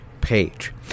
page